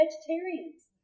vegetarians